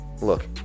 Look